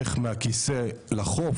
איך מהכיסא לחוף,